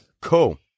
Cool